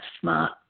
smart